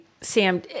Sam